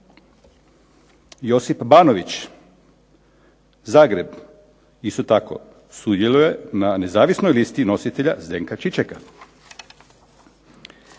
Josip Banović, Zagreb, isto tako sudjeluje na nezavisnoj listi nositelja Zdenka Čičeka.